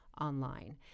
online